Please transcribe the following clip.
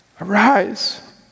Arise